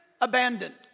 abandoned